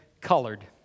Colored